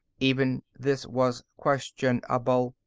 even this was questionable.